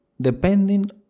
depending